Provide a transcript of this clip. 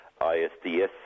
ISDS